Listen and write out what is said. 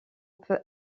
peut